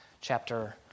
chapter